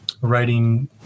writing